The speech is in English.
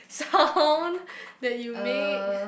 sound that you make